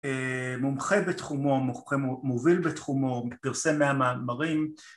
מומחה בתחומו, מוביל בתחומו, פרסם מהמאמרים